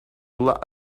lot